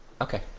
okay